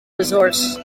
resource